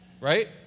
right